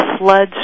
floods